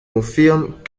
confirment